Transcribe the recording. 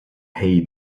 hey